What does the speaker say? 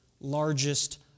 largest